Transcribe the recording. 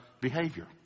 behavior